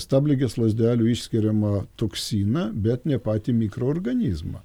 stabligės lazdelių išskiriamą toksiną bet ne patį mikroorganizmą